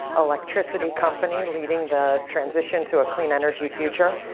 electricity company, leading the transition to a clean energy future.